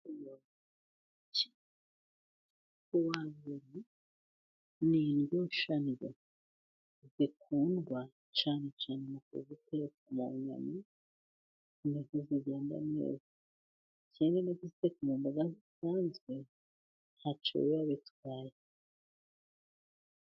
Puwavuro ni indyoshandyo zikundwa, cyane cyane mu kuziteka mu nyama, inyama zigenda neza. Kimwe no kuziteka mu mboga zisanzwe ntacyo biba bitwaye.